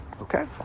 Okay